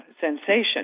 sensation